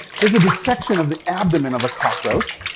here's a dissection of an abdomen of a cockroach.